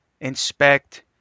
inspect